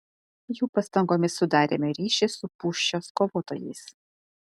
jų pastangomis sudarėme ryšį su pūščios kovotojais